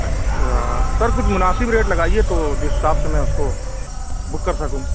اچھا سر کچھ مناسب ریٹ لگائیے تو جس حساب سے میں اُس کو بک کر سکوں